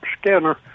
scanner